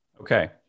Okay